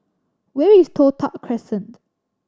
where is Toh Tuck Crescent